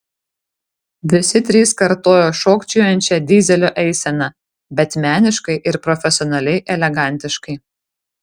visi trys kartojo šokčiojančią dyzelio eiseną bet meniškai ir profesionaliai elegantiškai